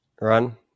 Run